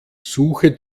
suche